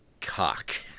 cock